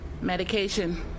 medication